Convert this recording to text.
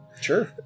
Sure